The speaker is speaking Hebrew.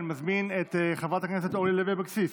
אני מזמין את חברת הכנסת אורלי לוי אבקסיס